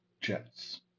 Jets